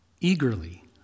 eagerly